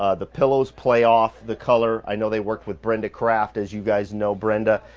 ah the pillows play off the color. i know they worked with brenda craft as you guys know brenda,